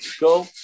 go